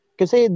kasi